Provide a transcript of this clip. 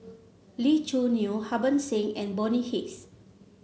Lee Choo Neo Harbans Singh and Bonny Hicks